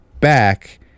back